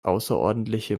außerordentliche